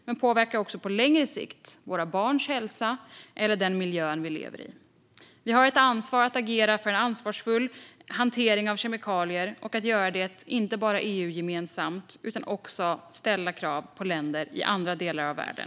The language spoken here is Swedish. På längre sikt påverkar de också våra barns hälsa eller den miljö vi lever i. Vi har ett ansvar att agera för en ansvarsfull hantering av kemikalier och att inte bara göra det EU-gemensamt. Det handlar också om att ställa krav på länder i andra delar av världen.